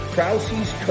Krause's